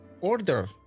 order